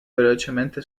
velocemente